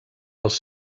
els